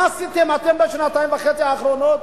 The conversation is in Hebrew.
מה עשיתם אתם בשנתיים וחצי האחרונות?